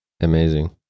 Amazing